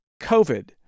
COVID